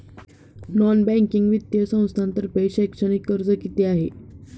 Non banking वित्तीय संस्थांतर्फे शैक्षणिक कर्ज किती आहे?